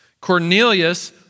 Cornelius